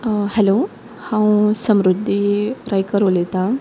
hello हांव समृद्धी रायकर उलयतां